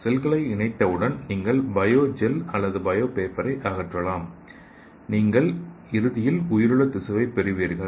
செல்களை இணைந்தவுடன் நீங்கள் பயோ ஜெல் அல்லது பயோ பேப்பரை அகற்றலாம் நீங்கள் இறுதியில் உயிருள்ள திசுவைப் பெறுவீர்கள்